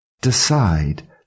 Decide